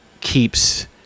keeps